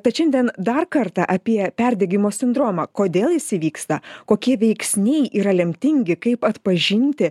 tad šiandien dar kartą apie perdegimo sindromą kodėl jis įvyksta kokie veiksniai yra lemtingi kaip atpažinti